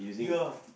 ya